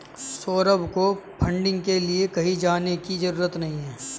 सौरभ को फंडिंग के लिए कहीं जाने की जरूरत नहीं है